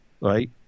right